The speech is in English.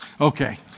Okay